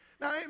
Now